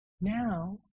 Now